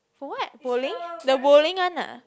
for what bowling the bowling one ah